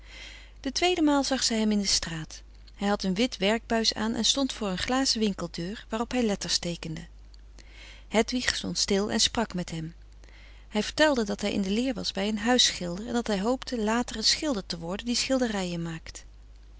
de tweede maal zag zij hem in de straat hij had een wit werkbuis aan en stond voor een glazen winkeldeur waarop hij letters teekende hedwig stond stil en sprak met hem hij vertelde dat hij in de leer was bij een huisschilder en dat hij hoopte later een schilder te worden die schilderijen maakt